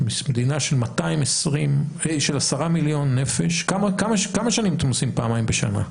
במדינה של עשרה מיליון נפש כמה שנים אתם עושים פעמיים בשנה?